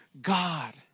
God